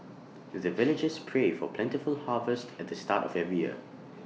the villagers pray for plentiful harvest at the start of every year